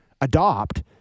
adopt